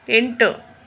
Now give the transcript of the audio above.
ಎಂಟು